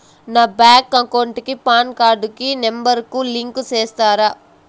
నా bank account కు PAN card number ను లింకు సేస్తారా?